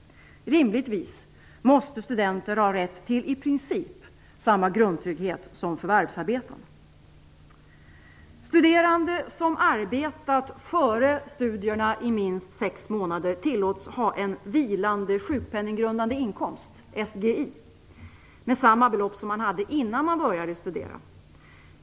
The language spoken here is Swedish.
Rimligtvis måste studenter ha rätt till i princip samma grundtrygghet som förvärvsarbetande. Studerande som arbetat före studierna i minst sex månader tillåts ha en vilande sjukpenninggrundande inkomst, SGI, med samma belopp som man hade innan man började studera.